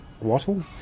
wattle